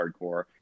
hardcore